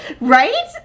Right